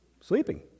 sleeping